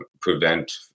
prevent